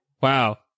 wow